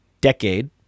decade